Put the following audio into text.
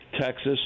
Texas